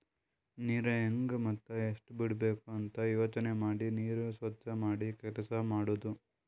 ನೀರ್ ಹೆಂಗ್ ಮತ್ತ್ ಎಷ್ಟ್ ಬಿಡಬೇಕ್ ಅಂತ ಯೋಚನೆ ಮಾಡಿ ನೀರ್ ಸ್ವಚ್ ಮಾಡಿ ಕೆಲಸ್ ಮಾಡದು